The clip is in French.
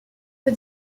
peu